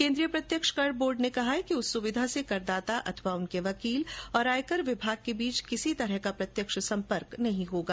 केंद्रीय प्रत्यक्ष कर बोर्ड ने बताया कि उस सुविधा से करदाता अथवा उनके वकील और आयकर विभाग के बीच किसी तरह का प्रत्यक्ष संपर्क नहीं होगा